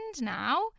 now